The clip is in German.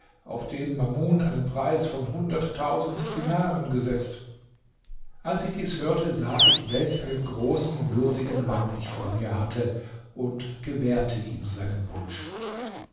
auf den mamun einen preis von hunderttausend dinaren gesetzt als ich dies hörte sah ich welch einen großen würdigen mann ich vor mir hatte und gewährte ihm seinen wunsch